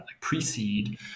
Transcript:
precede